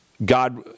God